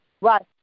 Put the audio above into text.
Right